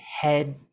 head